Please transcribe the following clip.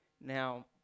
Now